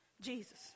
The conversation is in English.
Jesus